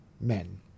men